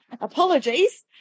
apologies